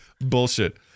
Bullshit